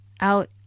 out